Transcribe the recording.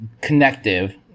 connective